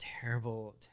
terrible